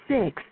Six